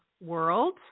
world